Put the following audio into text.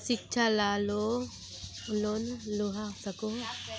शिक्षा ला लोन लुबा सकोहो?